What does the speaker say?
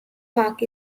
park